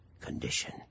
condition